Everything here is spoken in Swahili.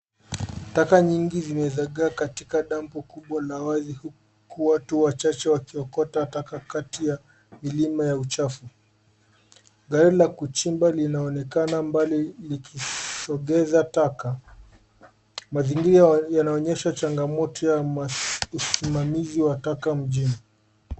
Taka nyingi zimezagaa katika dampo kubwa la wazi, huku watu wachache wakiokota taka kati ya milima ya uchafu. Gari la kuchimba linaonekana mbali likisongesa taka. Mazingira yanaonyesha changamoto ya usimamizi wa taka mjini.